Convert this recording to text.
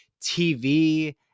TV